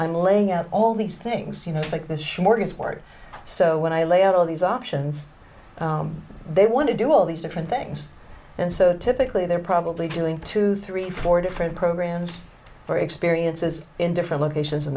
i'm laying out all these things you know like this shortage of work so when i lay out all these options they want to do all these different things and so typically they're probably doing two three four different programs for experiences in different locations in